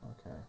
Okay